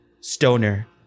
stoner